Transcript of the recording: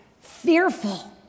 fearful